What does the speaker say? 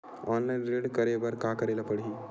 Online ऋण करे बर का करे ल पड़हि?